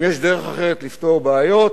אם יש דרך אחרת לפתור בעיות,